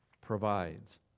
provides